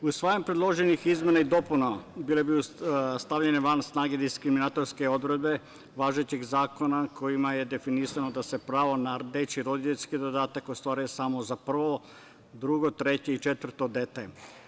Usvajanjem predloženih izmena i dopuna bile bi stavljene van snage diskriminatorske odredbe važećeg zakona kojima je definisano da se pravo na dečiji i roditeljski dodatak ostvaruje samo za prvo, drugo, treće i četvrto dete.